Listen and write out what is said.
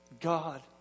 God